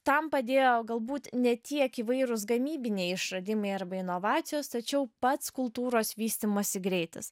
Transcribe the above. tam padėjo galbūt ne tiek įvairūs gamybiniai išradimai arba inovacijos tačiau pats kultūros vystymosi greitis